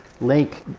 lake